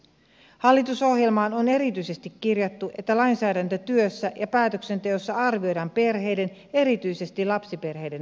hallitusohjelmaan on erityisesti kirjattu että lainsäädäntötyössä ja päätöksenteossa arvioidaan perheiden erityisesti lapsiperheiden asemaa